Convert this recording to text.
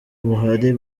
buhari